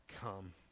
come